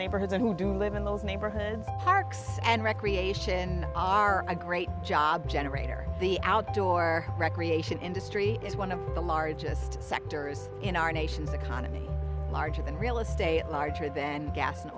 neighborhoods and who do live in those neighborhoods parks and recreation are a great job generator the outdoor recreation industry is one of the largest sectors in our nation's economy larger than real estate larger than gas and